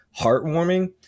heartwarming